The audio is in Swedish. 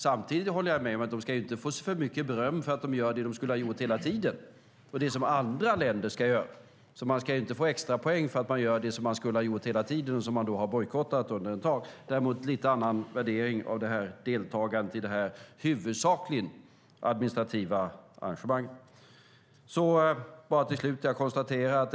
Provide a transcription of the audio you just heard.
Samtidigt håller jag med om att de inte ska få för mycket beröm för att de gör det som de skulle ha gjort hela tiden och det som andra länder ska göra. Man ska inte få extrapoäng för att man gör det som man skulle ha gjort hela tiden men har bojkottat under ett tag. Däremot gör jag en lite annorlunda värdering av deltagandet i detta huvudsakligen administrativa arrangemang.